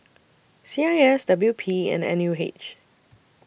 C I S W P and N U H